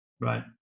Right